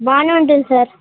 బాగానే ఉంటుంది సార్